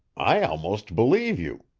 i almost believe you.